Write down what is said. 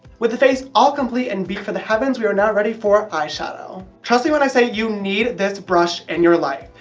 with the face all complete and beat for the heavens, we are now ready for eye shadow. trust me when i say you need this brush in your life,